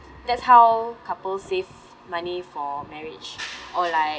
that's how couples save money for marriage or like